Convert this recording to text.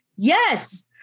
Yes